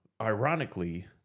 ironically